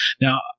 Now